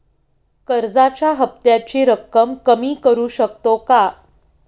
कर्जाच्या हफ्त्याची रक्कम कमी करू शकतो का?